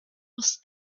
was